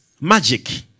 Magic